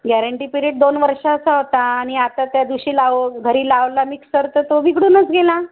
guarantee period दोन वर्षाचा होता आणि आता त्या दिवशी लाव घरी लावला मिक्सर तर तो बिघडूनच गेला